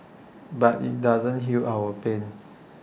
but IT doesn't heal our pain